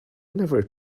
never